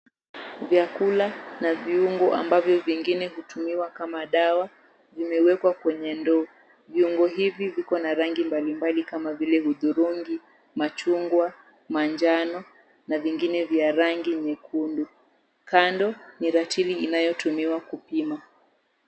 Vyakula na viungo, ambavyo vingine hutumiwa kama dawa, vimewekwa kwenye ndoo. Viungo hivi viko na rangi mbalimbali kama vile hudhurungi, machungwa, manjano na vingine vya rangi nyekundu. Kando ni ratili inayotumiwa kupima.